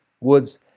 woods